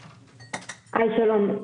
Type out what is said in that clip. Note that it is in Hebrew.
שלום.